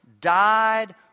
died